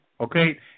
Okay